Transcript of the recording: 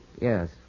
Yes